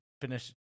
finish